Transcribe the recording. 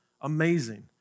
amazing